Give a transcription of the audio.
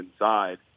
inside